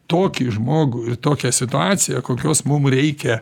tokį žmogų ir tokią situaciją kokios mum reikia